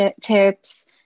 tips